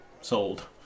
Sold